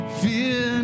fear